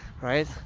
right